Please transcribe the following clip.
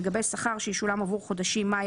שלגבי שכר שישולם עבור חודשים מאי,